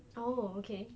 oh okay